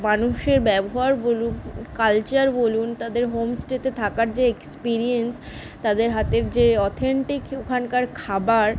মানুষের ব্যবহার বলুন কালচার বলুন তাদের হোমস্টেতে থাকার যে এক্সপিরিয়েন্স তাদের হাতের যে অথেনটিক ওখানকার খাবার